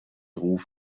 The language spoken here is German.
ruf